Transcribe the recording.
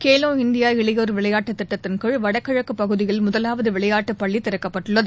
Khelo India இளையோர் விளையாட்டுத் திட்டத்தின்கீழ் வடகிழக்குப் பகுதியில் முதலாவது விளையாட்டுப் பள்ளி திறக்கப்பட்டுள்ளது